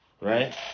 right